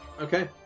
Okay